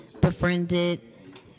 befriended